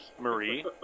Marie